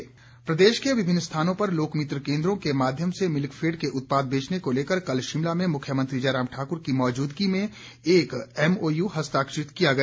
MOU प्रदेश के विभिन्न स्थानों पर लोकमित्र केंद्रों के माध्यम से मिल्कफेड के उत्पाद बेचने को लेकर कल शिमला में मुख्यमंत्री जयराम ठाकुर की मौजूदगी में एक एमओयू हस्ताक्षरित किया गया